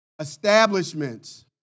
Establishments